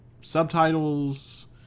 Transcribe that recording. subtitles